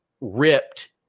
ripped